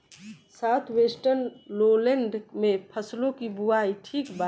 South western lowland में फसलों की बुवाई ठीक बा?